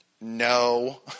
No